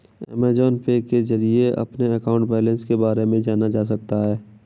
Amazon Pay के जरिए अपने अकाउंट बैलेंस के बारे में जाना जा सकता है